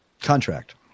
contract